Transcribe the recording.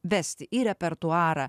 vesti į repertuarą